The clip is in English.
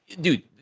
dude